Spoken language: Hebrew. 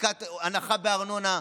בדיקת הנחה בארנונה,